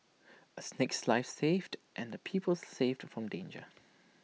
A snake's life saved and people saved from danger